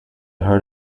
heard